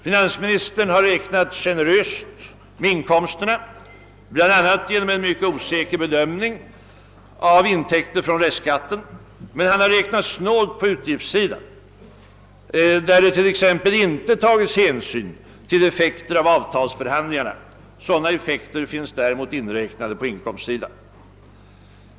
Finansministern har räknat generöst med inkomsterna, bl.a. genom en mycket osäker bedömning av intäkter från restskatten, men han har räknat snålt på utgiftssidan, där det t.ex. inte tagits hänsyn till effekter av avtalsförhandlingarna. Sådana effekter finns däremot inräknade på inkomstsidan.